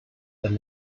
and